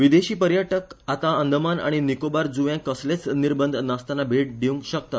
विदेशी पर्यटक आतां अंदमान आनी निकोबार ज़्व्यांक कसलेच निर्बंध नासताना भेट दिवंक शकतात